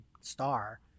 star